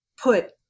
put